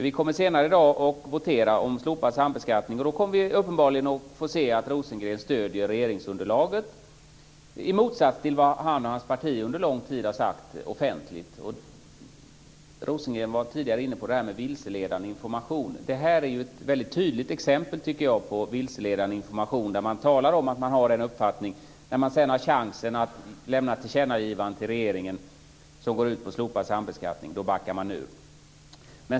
Vi kommer senare i dag att votera om slopad sambeskattning, och då kommer Rosengren uppenbarligen att stödja regeringsunderlaget, i motsats till vad han och hans parti under lång tid har sagt offentligt. Rosengren var tidigare inne på detta med vilseledande information. Jag tycker att det här är ett väldigt tydligt exempel på vilseledande information. Man talar om att man har en uppfattning, och när man sedan har chans att ge ett tillkännagivande till regeringen som går ut på slopad sambeskattning, då backar man ur.